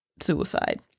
suicide